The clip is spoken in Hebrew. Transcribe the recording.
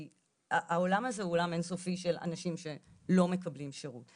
כי העולם הזה הוא עולם אינסופי לאנשים שלא מקבלים שירות.